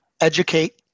educate